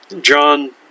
John